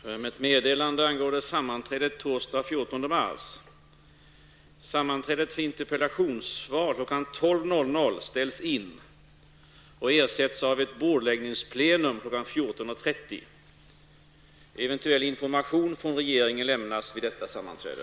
Jag får meddela att sammanträdet för interpellationssvar kl. 12.00 ställs in och ersätts av ett bordläggningsplenum kl. 14.30. Eventuell information från regeringen lämnas vid detta sammanträde.